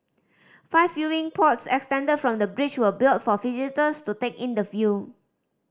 five viewing pods extended from the bridge were built for visitors to take in the view